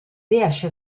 riesce